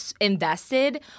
invested